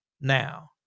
now